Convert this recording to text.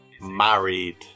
married